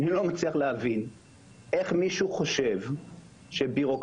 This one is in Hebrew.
אני לא מצליח להבין איך מישהו חושב שביורוקרטיה